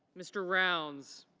mr. rounds.